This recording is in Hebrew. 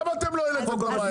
למה אתם לא העליתם את הבעיה?